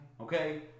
Okay